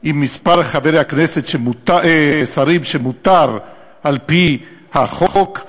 עם מספר השרים שמותר על-פי החוק,